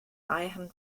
eigen